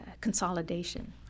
consolidation